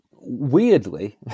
weirdly